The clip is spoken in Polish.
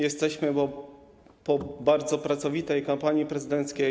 Jesteśmy po bardzo pracowitej kampanii prezydenckiej.